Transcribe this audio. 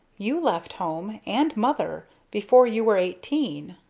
you left home and mother before you were eighteen.